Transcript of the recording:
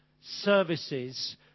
services